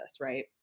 Right